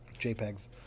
jpegs